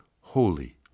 Holy